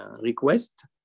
request